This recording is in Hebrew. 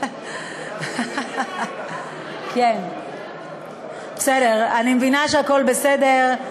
אני מבינה שהכול בסדר.